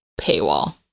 paywall